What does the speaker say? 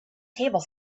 table